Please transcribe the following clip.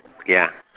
ya